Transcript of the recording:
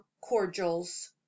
cordials